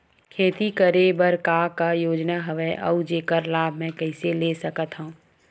खेती करे बर का का योजना हवय अउ जेखर लाभ मैं कइसे ले सकत हव?